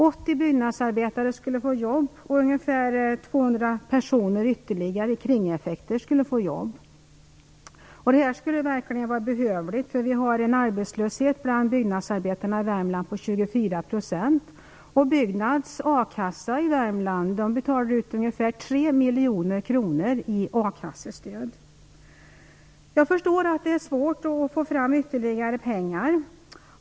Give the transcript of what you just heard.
80 byggnadsarbetare skulle få jobb, och ytterligare ungefär 200 personer skulle få jobb på grund av kringeffekter. Detta skulle verkligen vara behövligt, eftersom arbetslösheten bland byggnadsarbetarna i Värmland är 24 %. Byggnads a-kassa i Värmland betalar ut ungefär 3 miljoner kronor i a-kassestöd. Jag förstår att det är svårt att få fram ytterligare pengar.